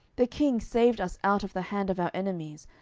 the king saved us out of the hand of our enemies,